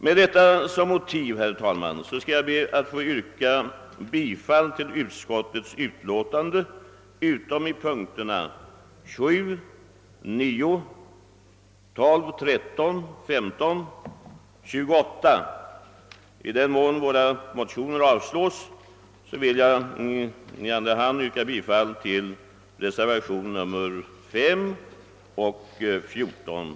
Med det anförda som motivering, herr talman, skall jag be att få yrka bifall till statsutskottets förslag i utlåtandet nr 100 utom i punkterna 7, 9, 12, 13, 15 och 28. I den mån våra motioner avslås vill jag i andra hand yrka bifall till reservationerna nr 5 och 14 a.